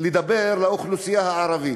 לדבר לאוכלוסייה הערבית.